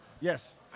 Yes